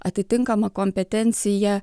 atitinkamą kompetenciją